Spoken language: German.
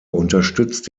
unterstützt